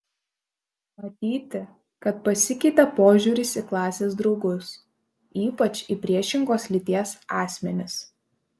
matyti kad pasikeitė požiūris į klasės draugus ypač į priešingos lyties asmenis